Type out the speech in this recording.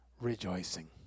rejoicing